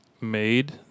made